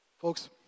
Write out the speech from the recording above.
Folks